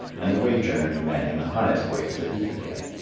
and the wage earner demanding the highest wage that he could get.